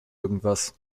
irgendwas